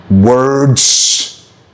words